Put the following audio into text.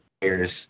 players